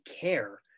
care